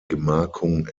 gemarkung